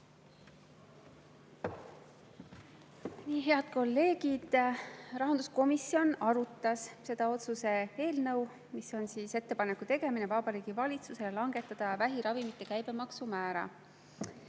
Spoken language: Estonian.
head kolleegid. Rahanduskomisjon arutas seda otsuse eelnõu, mis on ettepaneku tegemine Vabariigi Valitsusele langetada vähiravimite käibemaksu määra.